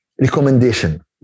recommendation